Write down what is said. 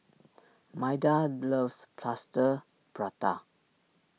Maida loves Plaster Prata